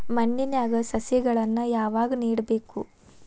ಮಣ್ಣಿನ್ಯಾಗ್ ಸಸಿಗಳನ್ನ ಯಾವಾಗ ನೆಡಬೇಕು?